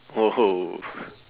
!whoa!